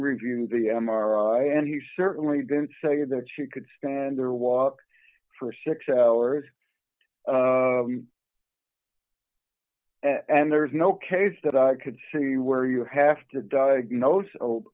review the m r i and he certainly didn't say that she could stand there walk for six hours and there's no case that i could see where you have to diagnose o